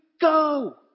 Go